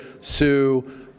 Sue